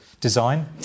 design